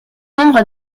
nombre